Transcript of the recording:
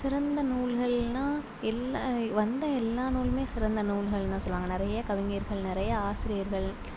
சிறந்த நூல்கள்னா எல் வந்த எல்லாம் நூலும் சிறந்த நூல்கள் தான் சொல்லுவாங்க நிறைய கவிஞர்கள் நிறைய ஆசிரியர்கள்